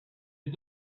had